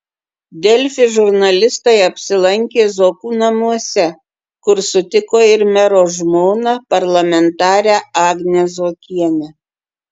delfi žurnalistai apsilankė zuokų namuose kur sutiko ir mero žmoną parlamentarę agnę zuokienę